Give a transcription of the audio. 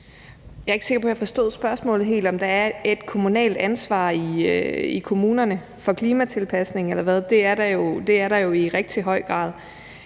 Jeg er ikke sikker på, at jeg forstod spørgsmålet helt. Var det, om der er et kommunalt ansvar i kommunerne for klimatilpasning, eller hvad? Det er der jo i rigtig høj grad.